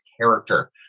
character